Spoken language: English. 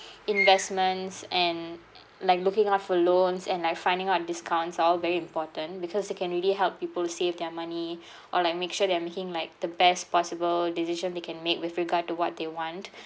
investments and like looking out for loans and like finding out discounts are all very important because it can really help people save their money or like make sure they're making like the best possible decision they can make with regard to what they want